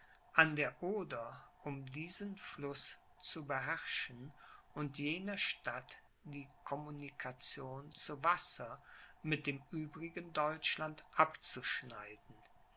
an der oder um diesen fluß zu beherrschen und jener stadt die communication zu wasser mit dem übrigen deutschland abzuschneiden